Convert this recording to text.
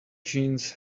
jeans